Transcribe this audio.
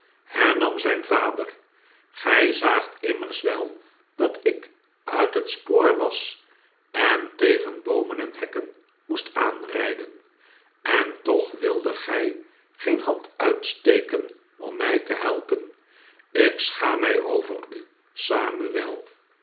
hernam zijn vader gij zaagt immers wel dat ik uit het spoor was en tegen boomen en hekken moest aanrijden en toch wildet gij geen hand uitsteken om mij te helpen ik schaam mij over u